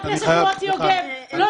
אני